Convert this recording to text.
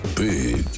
big